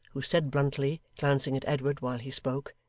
who said bluntly, glancing at edward while he spoke